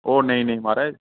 ओह् नेईं नेईं महाराज